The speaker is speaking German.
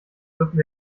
dürfen